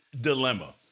dilemma